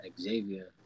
Xavier